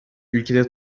ülkede